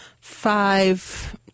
five